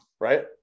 right